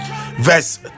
verse